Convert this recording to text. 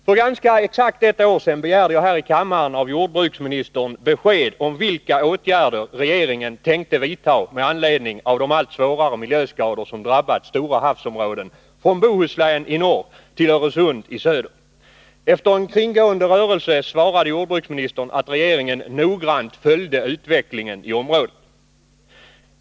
För ganska exakt ett år sedan begärde jag här i kammaren av jordbruksministern besked om vilka åtgärder regeringen tänkte vidtaga med anledning av de allt svårare miljöskador som drabbat stora havsområden från Bohuslän i norr till Öresund i söder. Efter en kringgående rörelse svarade jordbruksministern att regeringen noggrant följde utvecklingen i området.